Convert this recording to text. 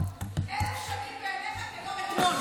"אלף שנים בעיניך כיום אתמול".